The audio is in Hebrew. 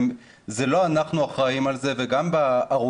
זה לא אנחנו אחראים על זה וגם בהוסטלים